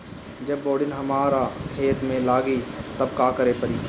जब बोडिन हमारा खेत मे लागी तब का करे परी?